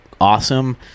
awesome